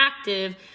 active